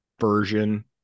version